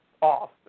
off